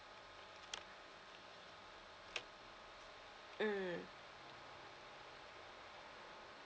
mm